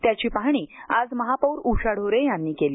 त्याची पाहणी आज महापौर उषा ढोरे यांनी केली